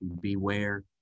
Beware